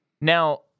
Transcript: Now